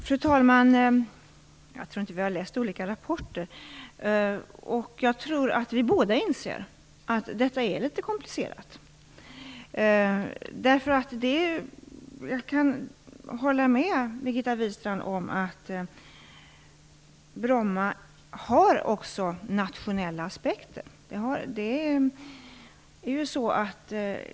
Fru talman! Jag tror inte att vi har läst olika rapporter. Jag tror att vi båda inser att detta är komplicerat. Jag kan hålla med Birgitta Wistrand om att Bromma flygplats också har nationella aspekter.